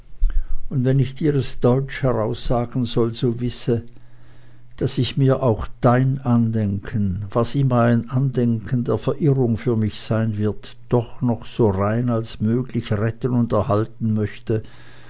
und wenn ich dir es deutsch heraussagen soll so wisse daß ich mir auch dein andenken was immer ein andenken der verirrung für mich sein wird doch noch so rein als möglich retten und erhalten möchte